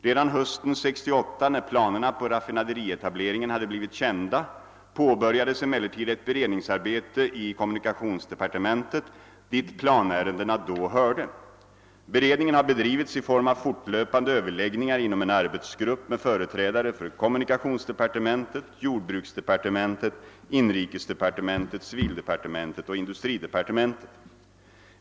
Redan hösten 1968, när planerna på raffinaderietableringen hade blivit kända, påbörjades emellertid ett beredningsarbete i kommunikationsdepartementet, dit planärendena då hörde. Beredningen har bedrivits i form av fortlöpande överläggningar inom en arbetsgrupp med företrädare för kommunikationsdepartementet, jordbruksdepartementet, inrikesdepartementet, civildepartementet och industridepartementet.